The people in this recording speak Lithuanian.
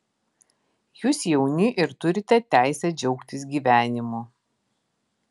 jūs jauni ir turite teisę džiaugtis gyvenimu